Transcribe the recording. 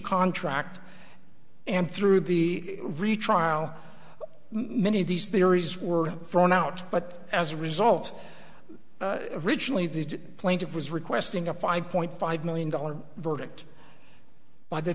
contract and through the retrial many of these theories were thrown out but as a result regionally the plaintiff was requesting a five point five million dollars verdict by the